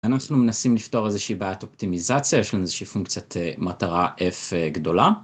אנחנו מנסים לפתור איזושהי בעת אופטימיזציה, יש לנו איזושהי פונקציית מטרה F גדולה.